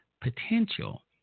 potential